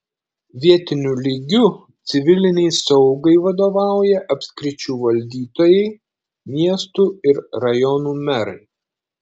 vietiniu lygiu civilinei saugai vadovauja apskričių valdytojai miestų ir rajonų merai